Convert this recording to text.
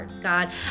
God